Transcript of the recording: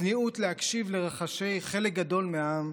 צניעות להקשיב לרחשי חלק גדול מהעם,